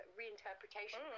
reinterpretation